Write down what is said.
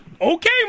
Okay